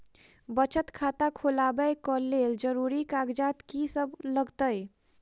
बचत खाता खोलाबै कऽ लेल जरूरी कागजात की सब लगतइ?